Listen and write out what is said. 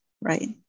right